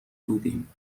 بودیم